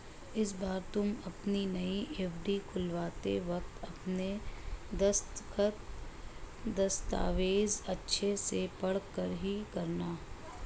इस बार तुम अपनी नई एफ.डी खुलवाते वक्त अपने दस्तखत, दस्तावेज़ अच्छे से पढ़कर ही करना